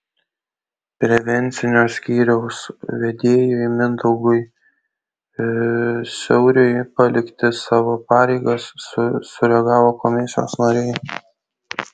prevencinio skyriaus vedėjui mindaugui siauriui palikti savo pareigas sureagavo komisijos nariai